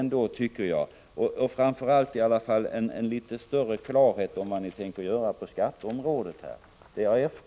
Jag efterlyser nu framför allt litet större klarhet om vad ni tänker göra på skatteområdet.